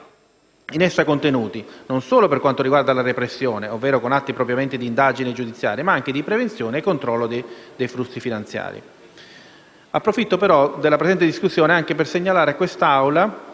in essa contenute non solo per quanto riguarda la repressione, ovvero con atti propriamente di indagine e giudiziari, ma anche di prevenzione e controllo dei flussi finanziari. Approfitto della presente discussione per segnalare a quest'Assemblea